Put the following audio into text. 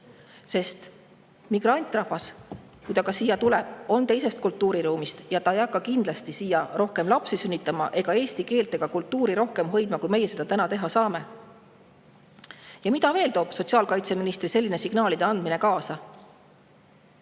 Sest migrantrahvas, kui ta siia ka tuleb, on teisest kultuuriruumist. Ta ei hakka kindlasti siia rohkem lapsi sünnitama ja eesti keelt ja kultuuri rohkem hoidma, kui meie seda täna teha saame. Mida veel sotsiaalkaitseministri selline signaalide andmine kaasa